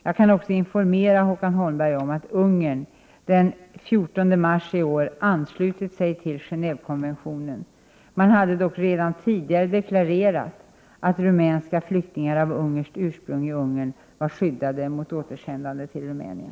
Jag kan också informera Håkan Holmberg om att Ungern den 14 mars i år anslutit sig till Gen&vekonventionen. Man hade dock redan tidigare deklarerat att rumänska flyktingar av ungerskt ursprung i Ungern var skyddade mot återsändande till Rumänien.